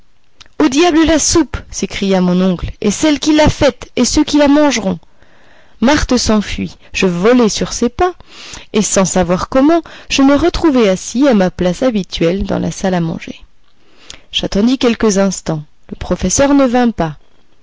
au diable la soupe s'écria mon oncle et celle qui l'a faite et ceux qui la mangeront marthe s'enfuit je volai sur ses pas et sans savoir comment je me trouvai assis à ma place habituelle dans la salle à manger j'attendis quelques instants le professeur ne vint pas